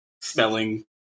smelling